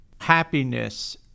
Happiness